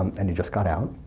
um and he just got out.